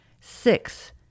six